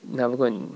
never go and